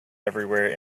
everywhere